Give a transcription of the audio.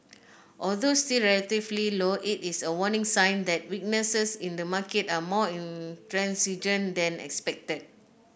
although still relatively low it is a warning sign that weaknesses in the market are more intransigent than expected